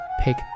pick